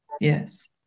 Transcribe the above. Yes